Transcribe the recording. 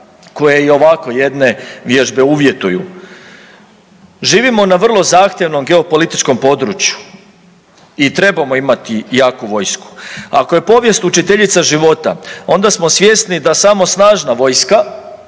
koje ovako jedne vježbe uvjetuju. Živimo na vrlo zahtjevnom geopolitičkom području i trebamo imati jaku vojsku, ako je povijest učiteljica života onda smo svjesni da samo snažna vojska